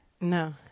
No